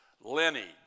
lineage